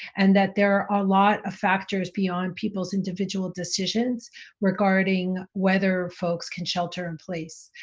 and that there are a lot of factors beyond people's individual decisions regarding whether folks can shelter-in-place.